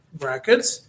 brackets